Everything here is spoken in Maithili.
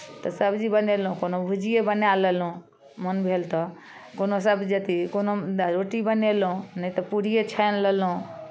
तऽ सब्जी बनेलहुँ कोनो भुजिए बना लेलहुँ मोन भेल तऽ कोनो सब्जी अथि कोनो रोटी बनेलहुँ नहि तऽ पूड़िए छानि लेलहुँ